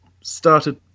started